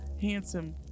handsome